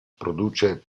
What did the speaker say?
produce